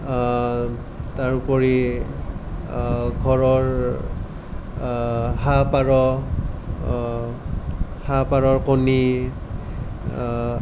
তাৰোপৰি ঘৰৰ হাঁহ পাৰ হাঁহ পাৰৰ কণী